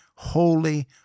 Holy